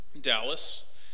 Dallas